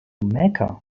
mecca